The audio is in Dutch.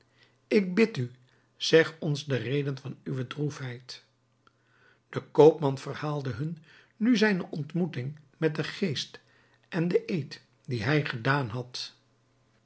ik bid u zeg ons de reden van uwe droefheid de koopman verhaalde hun nu zijne ontmoeting met den geest en den eed dien hij gedaan had